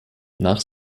nach